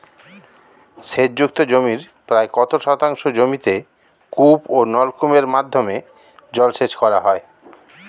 সেচ যুক্ত জমির প্রায় কত শতাংশ জমিতে কূপ ও নলকূপের মাধ্যমে জলসেচ করা হয়?